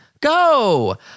Go